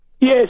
Yes